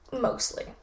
mostly